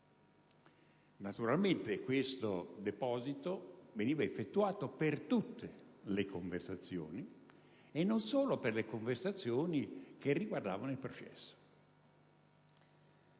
Naturalmente, questo deposito veniva effettuato per tutte le conversazioni e non solo per quelle che riguardavano il processo.